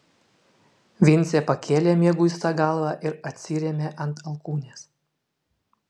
vincė pakėlė mieguistą galvą ir atsirėmė ant alkūnės